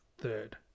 third